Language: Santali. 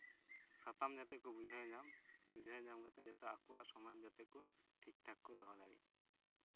ᱥᱟᱛᱟᱢ ᱡᱟᱛᱮ ᱠᱚ ᱵᱩᱡᱷᱟᱹᱣ ᱧᱟᱢ ᱵᱩᱡᱷᱟᱹᱣ ᱧᱟᱢ ᱠᱟᱛᱮᱫ ᱟᱠᱚᱣᱟᱜ ᱥᱚᱢᱟᱡᱽ ᱡᱟᱛᱮ ᱠᱚ ᱴᱷᱤᱠ ᱴᱷᱟᱠ ᱠᱚ ᱫᱚᱦᱚ ᱫᱟᱲᱮᱜ